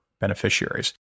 beneficiaries